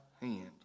hand